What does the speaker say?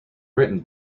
written